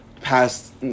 past